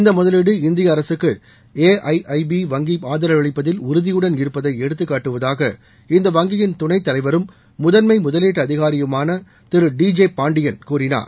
இந்த முதலீடு இந்திய அரசுக்கு ஏஐஐபி வங்கி ஆதரவளிப்பதில் உறுதியுடன் இருப்பதை எடுத்துக்காட்டுவதாக இந்த வங்கியின் துணைத் தலைவரும் முதன்மை முதலீட்டு அதிகாரியுமான திரு டி ஜே பாண்டியன் கூறினார்